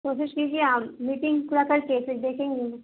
کوشش کیجیے اور میٹنگ پورا کر کے پھر دیکھیں گے انہیں